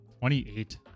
Twenty-eight